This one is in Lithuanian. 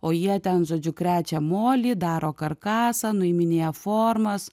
o jie ten žodžiu krečia molį daro karkasą nuiminėja formas